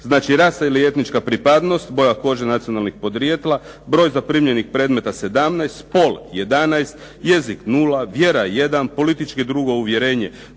Znači rasa ili etnička pripadnost, boja kože, nacionalnih podrijetla, broj zaprimljenih predmeta 17, spol 11, jezik nula, vjera 1, političko i drugo uvjerenje